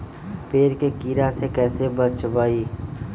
पेड़ के कीड़ा से कैसे बचबई?